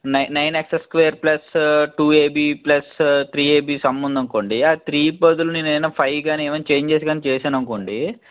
నై nine x square plus two AB plus three AB sum ఉందనుకోండి ఆ three బదులు నేనేమైనా ఫైవ్ గానీ ఏమైనా చేంజస్ గానీ చేసాననుకోండి